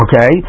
okay